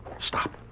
Stop